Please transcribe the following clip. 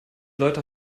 leute